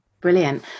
Brilliant